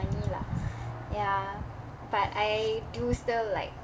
money lah ya but I do still like